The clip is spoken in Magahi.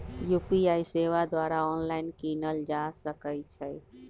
यू.पी.आई सेवा द्वारा ऑनलाइन कीनल जा सकइ छइ